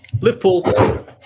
Liverpool